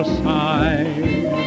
side